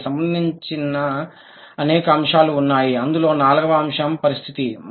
దానికి సంబంధించిన అనేక అంశాలు ఉన్నాయి అందులో నాల్గవ అంశం పరిస్థితి